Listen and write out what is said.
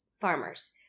farmers